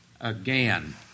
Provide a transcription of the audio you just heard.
again